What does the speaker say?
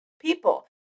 people